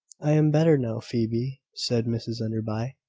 i am better now, phoebe, said mrs enderby,